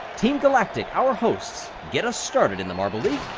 team galactic, our hosts, get us started in the marble league.